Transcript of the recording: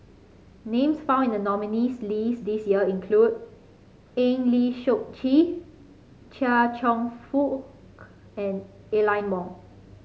names found in the nominees' list this year include Eng Lee Seok Chee Chia Cheong Fook and Aline Wong